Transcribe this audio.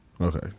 Okay